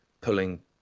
pulling